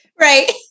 right